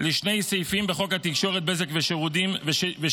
לשני סעיפים בתוק התקשורת (בזק ושידורים):